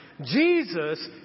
Jesus